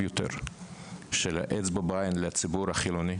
יותר של אצבע בעין לציבור החילוני,